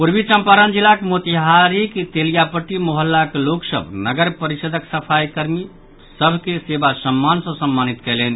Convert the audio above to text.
पूर्वी चम्पारण जिलाक मोतिहारीक तेलियापट्टी मोहल्लाक लोक सभ नगर परिषदक सफाई कर्मी सभ के सेवा सम्मान सँ सम्मानित कयलनि